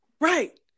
right